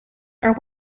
are